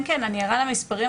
כן, אני ערה למספרים.